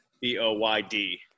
B-O-Y-D